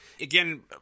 Again